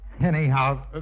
Anyhow